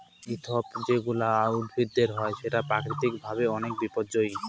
weed যেগুলা উদ্ভিদের হয় সেটা প্রাকৃতিক ভাবে অনেক বিপর্যই